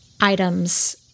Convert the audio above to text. items